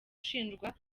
ushinjwa